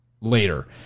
later